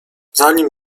zanim